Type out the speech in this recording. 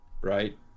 Right